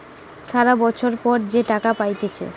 সারা বছর পর যে টাকা পাইতেছে